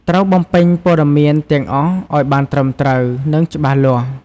ត្រូវបំពេញព័ត៌មានទាំងអស់ឲ្យបានត្រឹមត្រូវ និងច្បាស់លាស់។